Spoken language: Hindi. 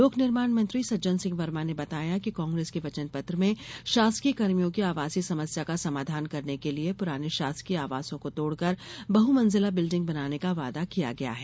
लोक निर्माण मंत्री सज्जन सिंह वर्मा ने बताया कि कांप्रेस के वचन पत्र में शासकीय कर्मियों की आवासीय समस्या का समाधान करने के लिये पुराने शासकीय आवासों को तोड़कर बहु मंजिला बिल्डिंग बनाने का वादा किया गया है